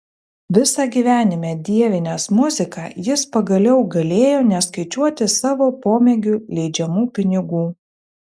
visą gyvenimą dievinęs muziką jis pagaliau galėjo neskaičiuoti savo pomėgiui leidžiamų pinigų